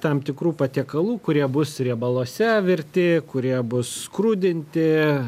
tam tikrų patiekalų kurie bus riebaluose virti kurie bus skrudinti